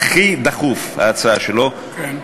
שההצעה שלו הכי דחופה,